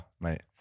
mate